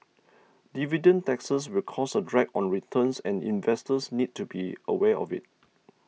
dividend taxes will cause a drag on returns and investors need to be aware of it